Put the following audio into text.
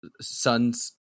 son's